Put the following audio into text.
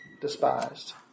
despised